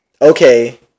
okay